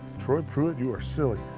troy pruitt, you are silly.